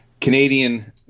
Canadian